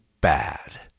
bad